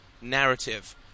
narrative